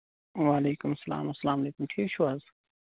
وعلیکُم اسلام اَسلام علیکُم ٹھیٖک چھِو حظ